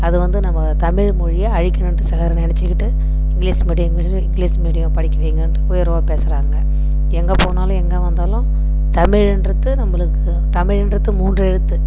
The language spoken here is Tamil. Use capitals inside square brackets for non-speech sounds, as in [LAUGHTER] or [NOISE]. அது வந்து நம்ம தமிழ்மொழியை அழிக்கணுன்ட்டு சிலர் நினச்சிக்கிட்டு இங்கிலீஸ் மீடியம் [UNINTELLIGIBLE] இங்கிலீஸ் மீடியம் படிக்க வைங்கன்ட்டு உயர்வாக பேசறாங்க எங்க போனாலும் எங்கே வந்தாலும் தமிழின்றது நம்பளுக்கு தமிழின்றது மூன்று எழுத்து